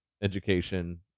education